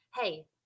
hey